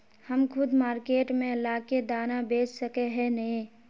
हम खुद मार्केट में ला के दाना बेच सके है नय?